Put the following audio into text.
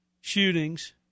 shootings